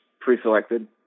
pre-selected